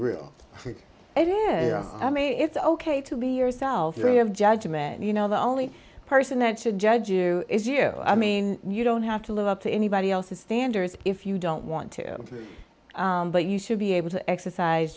is i mean it's ok to be yourself free of judgment and you know the only person that should judge you is you i mean you don't have to live up to anybody else's standards if you don't want to but you should be able to exercise